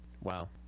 Wow